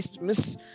miss